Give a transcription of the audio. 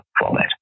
format